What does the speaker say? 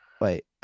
Wait